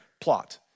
plot